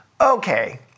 Okay